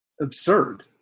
Absurd